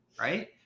right